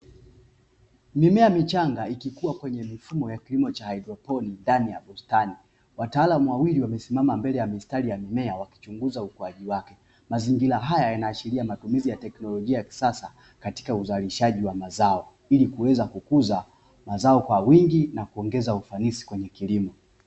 Mimea michanga ikikua kwenye mifumo ya kilimo cha haidroponi ndani ya bustani. Wataalamu wawili wamesimama mbele ya mistari ya mimea wakichunguza ukuaji wake. Mazingira haya yanaashiria matumizi ya teknolojia ya kisasa katika uzalishaji wa mazao ili kuweza kukuza mazao kwa wingi na kuongeza ufanisi kwenye kilimo.